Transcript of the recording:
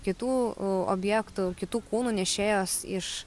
kitų objektų kitų kūnų nešėjos iš